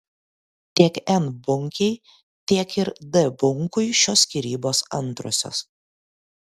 tiek n bunkei tiek ir d bunkui šios skyrybos antrosios